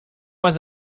was